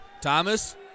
thomas